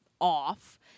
off